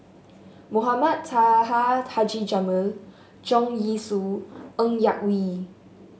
Mohamed Taha Haji Jamil Leong Yee Soo Ng Yak Whee